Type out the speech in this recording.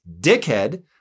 dickhead